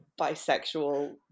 bisexual